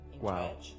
Wow